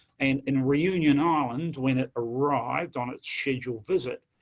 and in reunion island when it arrived on its scheduled visit,